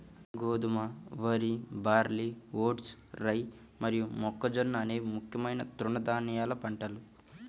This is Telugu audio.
గోధుమ, వరి, బార్లీ, వోట్స్, రై మరియు మొక్కజొన్న అనేవి ముఖ్యమైన తృణధాన్యాల పంటలు